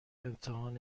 امتحان